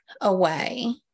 away